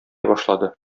башлады